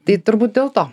tai turbūt dėl to